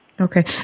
Okay